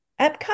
Epcot